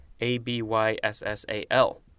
A-B-Y-S-S-A-L